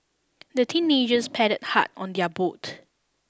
the teenagers paddled hard on their boat